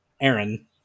Aaron